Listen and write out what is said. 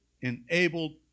enabled